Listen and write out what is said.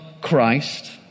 Christ